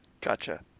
Gotcha